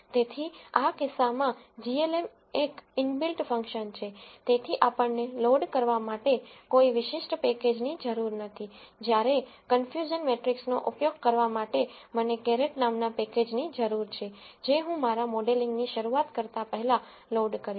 તેથી આ કિસ્સામાં glm એક ઇનબિલ્ટ ફંક્શન છે તેથી આપણને લોડ કરવા માટે કોઈ વિશિષ્ટ પેકેજની જરૂર નથી જ્યારે કન્ફ્યુઝન મેટ્રિક્સનો ઉપયોગ કરવા માટે મને carrot નામના પેકેજની જરૂર છે જે હું મારા મોડેલિંગની શરૂઆત કરતા પહેલા લોડ કરીશ